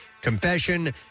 confession